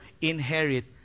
inherit